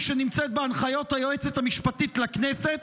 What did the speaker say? שנמצאת בהנחיות היועצת המשפטית לכנסת,